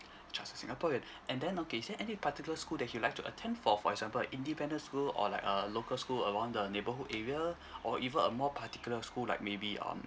your child's a singaporean and then okay is there any particular school that he'll like to attend for for example a independent school or like a local school around the neighbourhood area or even a more particular school like maybe um